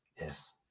Yes